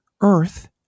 Earth